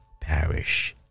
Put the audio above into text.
perish